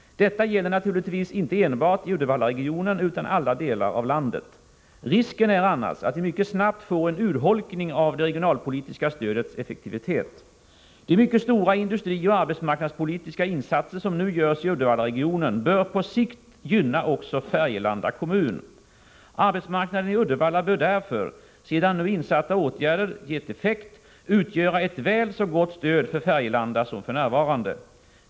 Detta gäller naturligtvis inte enbart i Uddevallaregionen utan i alla delar av landet. Risken är annars att vi mycket snabbt får en urholkning av det regionalpolitiska stödets effektivitet. De mycket stora industrioch arbetsmarknadspolitiska insatser som nu görs i Uddevallaregionen bör på sikt gynna också Färgelanda kommun. Arbetsmarknaden i Uddevalla bör därför, sedan nu insatta åtgärder gett effekt, utgöra ett väl så gott stöd för Färgelanda som f.n.